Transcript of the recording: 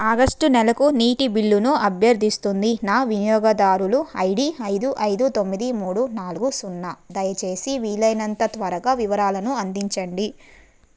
August నెలకు నీటి బిల్లును అభ్యర్థిస్తుంది నా వినియోగదారులు ఐ డీ ఐదు ఐదు తొమ్మిది మూడు నాలుగు సున్నా దయచేసి వీలైనంత త్వరగా వివరాలను అందించండి